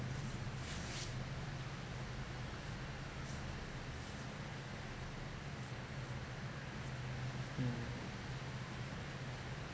mm